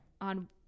on